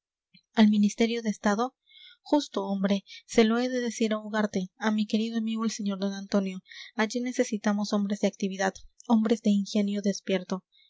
al ministerio de estado justo hombre se lo he de decir a ugarte a mi querido amigo el sr d antonio allí necesitamos hombres de actividad hombres de ingenio despierto